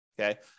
Okay